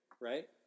Right